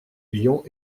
lions